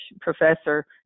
professor